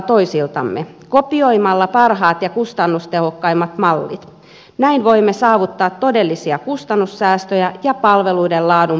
kopioimalla parhaat ja kustannustehokkaimmat mallit voimme saavuttaa todellisia kustannussäästöjä ja palveluiden laadun paranemisia